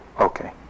Okay